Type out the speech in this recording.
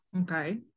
okay